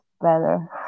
better